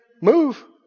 move